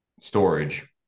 storage